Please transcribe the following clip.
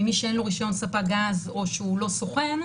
ממי שאין לו רישיון ספק גז או שהוא לא סוכן,